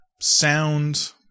sound